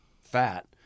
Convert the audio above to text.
fat